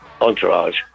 entourage